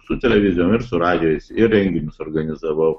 su televizijom ir su radijais ir renginius organizavau